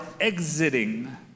exiting